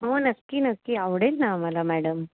हो नक्की नक्की आवडेल ना आम्हाला मॅडम